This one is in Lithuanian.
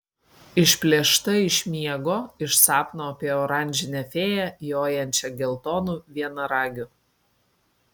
išplėšta iš miego iš sapno apie oranžinę fėją jojančią geltonu vienaragiu